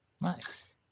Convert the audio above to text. Nice